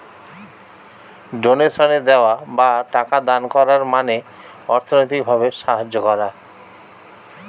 ডোনেশনে দেওয়া বা টাকা দান করার মানে অর্থনৈতিক ভাবে সাহায্য করা